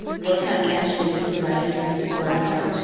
real-time captioning is provided during this webinar.